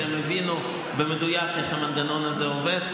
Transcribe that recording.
הם הבינו במדויק איך המנגנון הזה עובד,